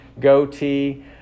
goatee